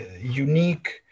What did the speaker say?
unique